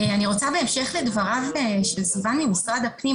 בהמשך לדבריו של סיון ממשרד הפנים,